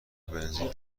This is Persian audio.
بنزین